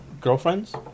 girlfriends